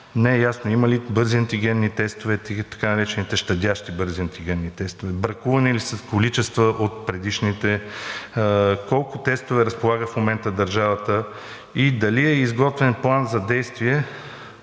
не е ясно има ли бързи антигенни тестове, така наречените щадящи бързи антигенни тестове, бракувани ли са количества от предишните, с колко тестове разполага в момента държавата и дали е изготвен План за действие,